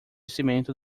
cimento